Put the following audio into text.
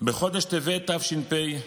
בחודש טבת תש"פ,